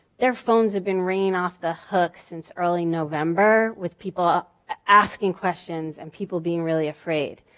their phones have been ringing off the hook since early november with people asking questions and people being really afraid.